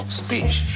speech